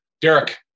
Derek